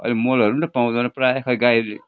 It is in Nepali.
अहिले मलहरू त पाउँदैन प्रायः खोइ गाईले